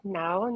now